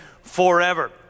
forever